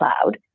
cloud